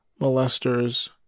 molesters